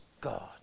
God